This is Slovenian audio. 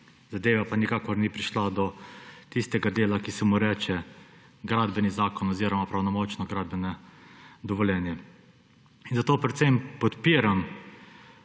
zadeva pa nikakor ni prišla do tistega dela, ki se mu reče Gradbeni zakon oziroma pravnomočno gradbeno dovoljenje. In zato predvsem podpiram